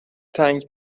تنگ